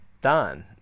done